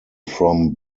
from